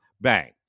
bang